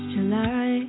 July